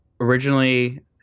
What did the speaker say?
originally